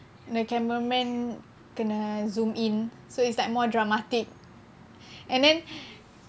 the cameraman kena zoom in so it's like more dramatic and then